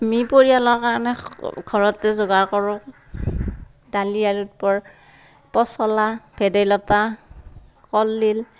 আমি পৰিয়ালৰ কাৰণে ঘৰতে যোগাৰ কৰোঁ দালি আৰু পচলা ভেদাইলতা কলডিল